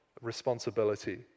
responsibility